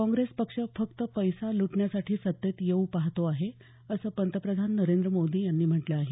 काँग्रेस पक्ष फक्त पैसा ल्टण्यासाठी सत्तेत येऊ पहातो आहे असं पंतप्रधान नरेंद्र मोदी यांनी म्हटलं आहे